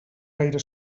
gaire